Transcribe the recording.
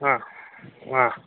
ಹಾಂ ಹಾಂ